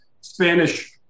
Spanish